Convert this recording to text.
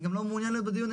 לא מעוניין להיות בדיון,